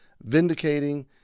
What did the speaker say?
vindicating